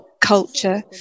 culture